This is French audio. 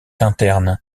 interne